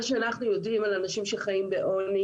מה שאנחנו יודעים על אנשים שחיים בעוני